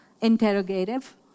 interrogative